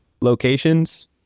locations